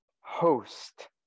host